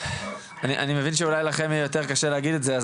אני מבין שאולי לכם יהיה יותר קשה להגיד את זה אז